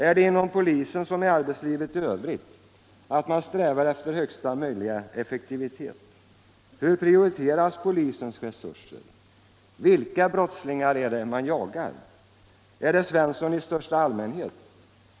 Är det inom polisen som i arbetslivet i övrigt så, att man strävar efter högsta möjliga effektivitet? Hur prioriteras polisens resurser? Vilka ”brottslingar” jagar man? Är det Svensson i största allmänhet?